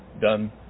done